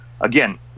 again